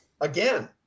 again